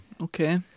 Okay